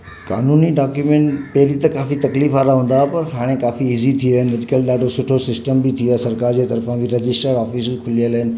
क़ानूनी डाक्यूमेंट पहिरीं त काफ़ी तकलीफ़ु वारा हूंदा हुआ पर हाणे काफ़ी इज़ी थी विया आहिनि अॼुकल्ह ॾाढो सुठो सिस्टम बि थी वियो आहे सरकार जे तरफ़ां रजिस्टर ऑफ़िसूं खुलियलु आहिनि